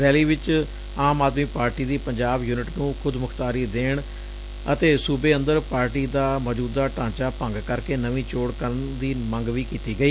rally ਵਿਚ Aam Aadmi party ਦੀ Punjab unit ਨੂੰ ਖੁਦਮੁਖ਼ਤਿਆਰੀ ਦੇਣ ਅਤੇ ਸੁਬੇ ਅੰਦਰ ਪਾਰਟੀ ਦਾ ਮੌਜੁਦਾ ਢਾਂਚਾ ਭੰਗ ਕਰਕੇ ਨਵੀਂ ਚੋਣ ਕਰਨ ਦੀ ਮੰਗ ਕੀਤੀ ਗਈ